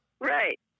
Right